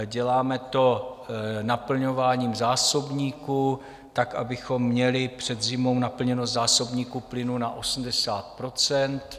Děláme to naplňováním zásobníků tak, abychom měli před zimou naplněnost zásobníku plynu na 80 %.